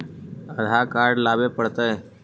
आधार card लाबे पड़तै?